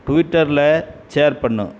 ட்விட்டரில் ஷேர் பண்ணு